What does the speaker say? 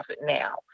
now